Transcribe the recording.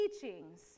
teachings